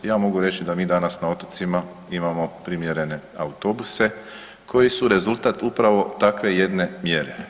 Ja mogu reći da mi danas na otocima imamo primjerene autobuse koji su rezultat upravo takve jedne mjere.